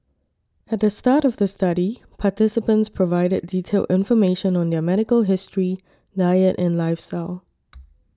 at the start of the study participants provided detailed information on their medical history diet and lifestyle